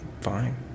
fine